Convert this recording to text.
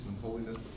holiness